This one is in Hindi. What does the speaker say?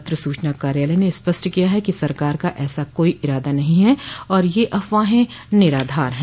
पत्र सूचना कार्यालय ने स्पष्ट किया कि सरकार का ऐसा कोई इरादा नहीं है और यह अफवाहें निराधार है